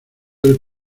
del